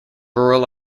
rural